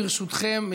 ברשותכם,